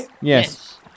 Yes